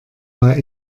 mal